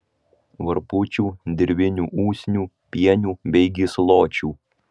varpučių dirvinių usnių pienių bei gysločių